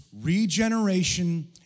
regeneration